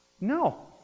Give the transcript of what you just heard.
No